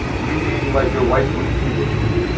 reading, like, your wife's wikipedia page.